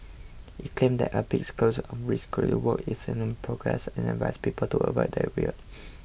it claimed that a big scale of rescue work is in progress and advised people to avoid the area